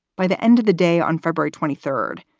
by the end of the day, on february twenty third,